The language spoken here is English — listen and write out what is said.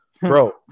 bro